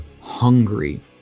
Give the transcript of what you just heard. hungry